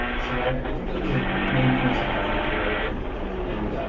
so i think those were the main points i thought might be relevant and